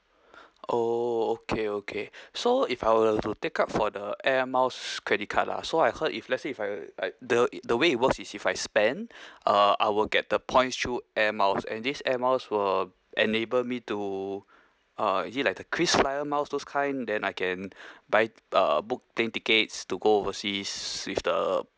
oh okay okay so if I were to take up for the air miles credit card ah so I heard if let's say if I I the the way it work is if I spend uh I will get the points through air miles and these air miles will enable me to uh is it like the krisflyer miles those kind then I can buy uh book plane tickets to go overseas with the